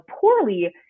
poorly